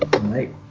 Right